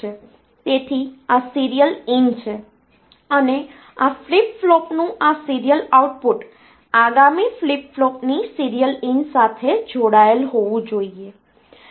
તેથી આ serial in છે અને આ ફ્લિપ ફ્લોપનું આ સીરીયલ આઉટપુટ આગામી ફ્લિપ ફ્લોપની સીરીયલ ઇન સાથે જોડાયેલ હોવું જોઈએ